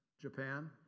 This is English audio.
Japan